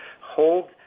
hold